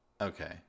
Okay